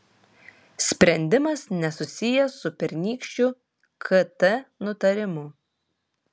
spendimas nesusijęs su pernykščiu kt nutarimu